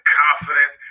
confidence